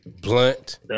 Blunt